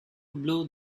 blew